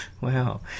Wow